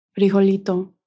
Frijolito